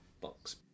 box